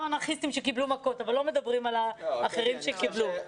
אנרכיסטים שקיבלו מכות אבל לא מדברים על האחרים שקיבלו.